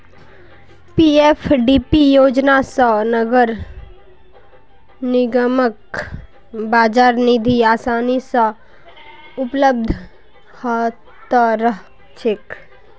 PFDP योजना स नगर निगमक बाजार निधि आसानी स उपलब्ध ह त रह छेक